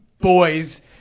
boys